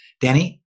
Danny